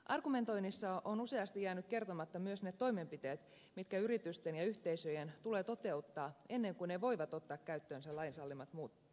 argumentoinnissa on useasti jäänyt kertomatta myös ne toimenpiteet mitkä yritysten ja yhteisöjen tulee toteuttaa ennen kuin ne voivat ottaa käyttöönsä lain salliman tunnistamistietojen käsittelyn